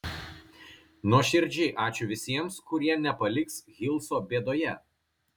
nuoširdžiai ačiū visiems kurie nepaliks hilso bėdoje